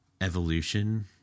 evolution